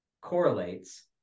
correlates